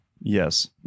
Yes